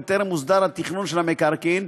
בטרם הוסדר התכנון של המקרקעין,